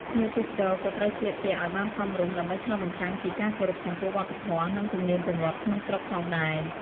ភ្ញៀវទេសចរក៏ត្រូវស្លៀកពាក់ឲ្យបានសមរម្យ ដើម្បីឆ្លុះបញ្ចាំងពីការគោរពចំពោះវប្បធម៌ និងទំនៀមទម្លាប់ក្នុងស្រុកផងដែរ។